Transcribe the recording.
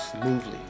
smoothly